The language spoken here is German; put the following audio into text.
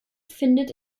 findet